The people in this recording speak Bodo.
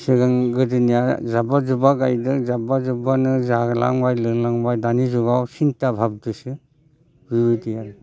सोलों गोदोनिया जाब्बा जुब्बा गायदों जाब्बा जुब्बानो जालांबाय लोंलांबाय दानि जुगाव सिन्था भाब